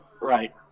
Right